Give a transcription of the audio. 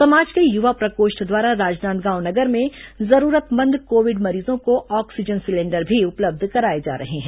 समाज के युवा प्रकोष्ठ द्वारा राजनांदगांव नगर में जरूरतमंद कोविड मरीजों को ऑक्सीजन सिलेंडर भी उपलब्ध कराए जा रहे हैं